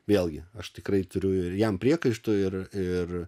vėlgi aš tikrai turiu ir jam priekaištų ir ir